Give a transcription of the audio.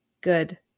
good